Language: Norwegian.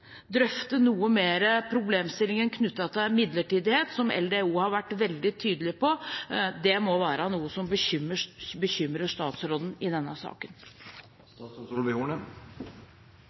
drøfte noe mer problemstillingen knyttet til midlertidighet, som LDO har vært veldig tydelig på. Det må være noe som bekymrer statsråden i denne saken.